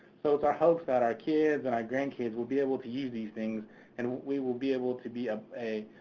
so it's our hopes that our kids and our grandkids will be able to use these things and we will be able to be ah a,